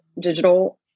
digital